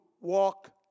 walk